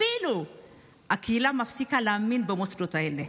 אפילו הקהילה מפסיקה להאמין במוסדות האלה.